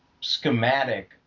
schematic